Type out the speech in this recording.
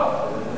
לא.